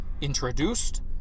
introduced